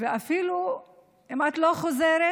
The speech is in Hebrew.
ואם את לא חוזרת,